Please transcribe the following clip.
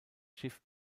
schiff